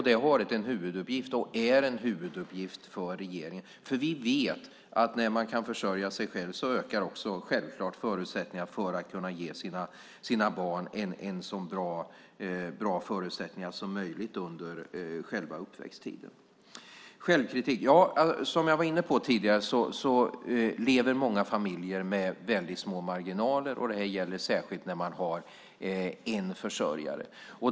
Det har varit, och är, en huvuduppgift för regeringen. Vi vet nämligen att när man kan försörja sig själv ökar också, självklart, förutsättningarna för att kunna ge sina barn så bra förutsättningar som möjligt under uppväxttiden. Så till självkritiken. Som jag var inne på tidigare lever många familjer med små marginaler. Det gäller särskilt när det bara finns en försörjare.